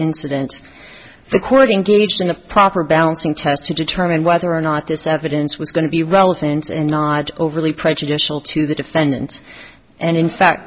incident according gage the proper balancing test to determine whether or not this evidence was going to be relevant and not overly prejudicial to the defendant and in fact